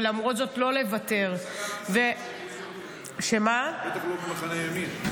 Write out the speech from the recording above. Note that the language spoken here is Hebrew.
ולמרות זאת לא לוותר --- בטח לא ממחנה הימין.